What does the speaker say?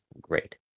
great